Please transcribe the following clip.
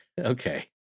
Okay